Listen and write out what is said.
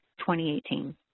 2018